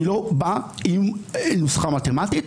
אני לא בא עם נוסחה מתמטית.